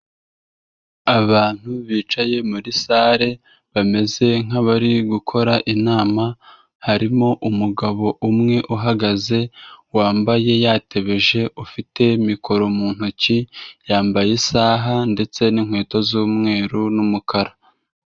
Abantu bicaye muri sale, bameze nk'abari gukora inama, harimo umugabo umwe uhagaze, wambaye yatebeje ufite mikoro mu ntoki, yambaye isaha ndetse n'inkweto z'umweru n'umukara.